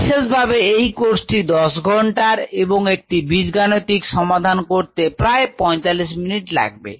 বিশেষভাবে এই কোর্সটি 10 ঘণ্টার এবং একটি বীজগাণিতিক সমাধান করতে প্রায় 45 মিনিট সময় লাগবে